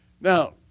Now